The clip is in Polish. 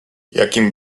jakim